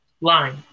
line